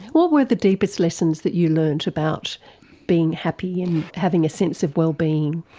what were the deepest lessons that you learnt about being happy and having a sense of well-being?